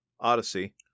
Odyssey